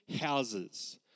houses